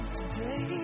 today